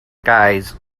guys